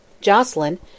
Jocelyn